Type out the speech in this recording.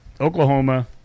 Oklahoma